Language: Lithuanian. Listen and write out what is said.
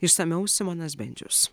išsamiau simonas bendžius